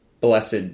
blessed